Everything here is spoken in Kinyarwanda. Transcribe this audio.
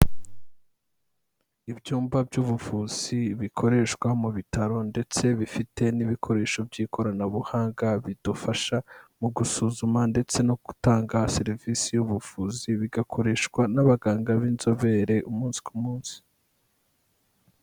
Ibyumba by'ubuvuzi bikoreshwa mu bitaro ndetse bifite n'ibikoresho by'ikoranabuhanga bidufasha mu gusuzuma ndetse no gutanga serivisi y'ubuvuzi, bigakoreshwa n'abaganga b'inzobere umunsi ku munsi.